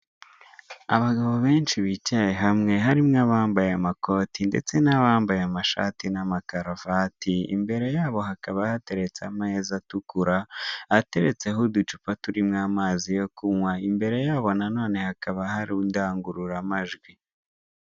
Abagabo benshi bicaye hamwe harimo abambaye amakoti ndetse n'abambaye amashati n'amakarovati imbere yabo hakaba hateretseho ameza atukura ateretseho uducupa turimo amazi yo kunywa, imbere yabo nanone hakaba hari indangururamajwi.